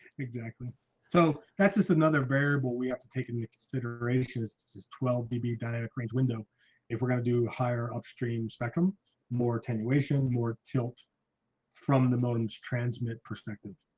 so that's just another variable we have to take into consideration this is twelve db dynamic range window if we're gonna do a higher upstream spectrum more attenuation more tilt from the mountains transmit perspective